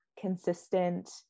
consistent